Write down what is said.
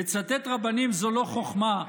לצטט רבנים זו לא חוכמה,